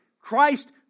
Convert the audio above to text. Christ